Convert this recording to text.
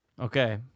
Okay